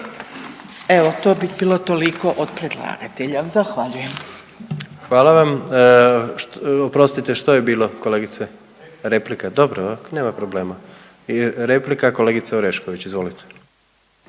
Evo, to bi bilo toliko od predlagatelja. Zahvaljujem. **Jandroković, Gordan (HDZ)** Hvala vam. Oprostite što je bilo kolegice? Replika, dobro nema problema. Replika, kolegica Orešković. Izvolite.